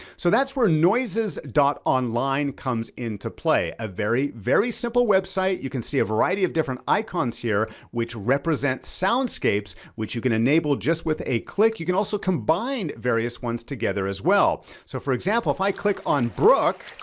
so that's where noises online comes into play. a very, very simple website. you can see a variety of different icons here, which represents soundscapes, which you can enable just with a click. you can also combine various ones together as well. so for example, if i click on brook,